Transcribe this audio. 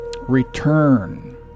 Return